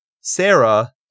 Sarah